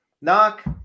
knock